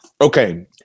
okay